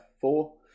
Four